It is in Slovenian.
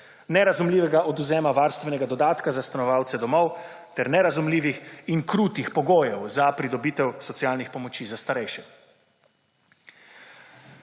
nerazumljivega odvzema varstvenega dodatka za stanovalce domov ter nerazumljivih in krutih pogojev za pridobitev socialnih pomoči za starejše.